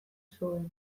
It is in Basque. zuen